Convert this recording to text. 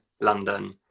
London